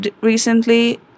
recently